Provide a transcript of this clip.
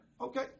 Okay